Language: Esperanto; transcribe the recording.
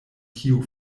kiu